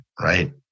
right